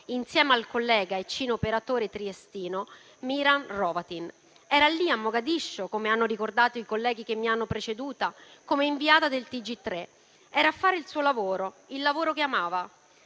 insieme al collega e cineoperatore triestino Miran Hrovatin. Era lì a Mogadiscio, come hanno ricordato i colleghi che mi hanno preceduta, come inviata del TG3. Era a fare il suo lavoro. Il lavoro che amava.